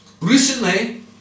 Recently